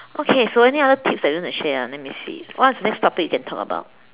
okay so any other tips that you want to share ah let me see what is the next topic we can talk about